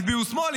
הצביעו שמאל,